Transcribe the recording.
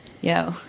yo